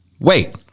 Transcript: wait